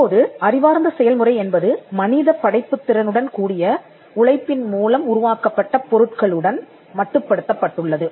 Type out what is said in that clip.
தற்போது அறிவார்ந்த செயல் முறை என்பது மனிதப் படைப்புத் திறனுடன் கூடிய உழைப்பின் மூலம் உருவாக்கப்பட்ட பொருட்களுடன் மட்டுப்படுத்தப்பட்டுள்ளது